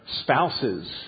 spouses